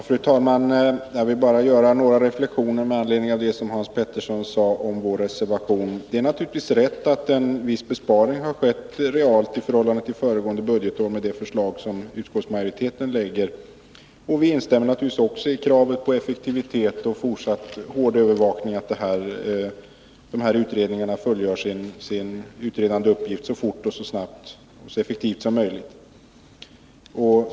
Fru talman! Jag skall bara göra några reflexioner med anledning av vad Hans Petersson i Röstånga sade om vår reservation. Det är naturligtvis rätt att en viss besparing realt sker i förhållande till föregående år med utskottsmajoritetens förslag. Vi instämmer naturligtvis också i kravet på effektivitet och fortsatt hårdövervakning av att redningarna fullgör sin uppgift så fort, snabbt och effektivt som möjligt.